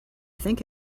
think